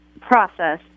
process